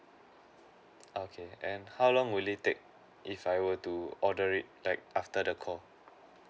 okay and how long will it take if I want to order it like after the call